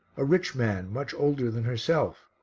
a rich man, much older than herself.